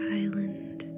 island